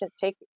take